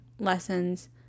Lessons